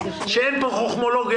כשאין פה חכמולוגיה,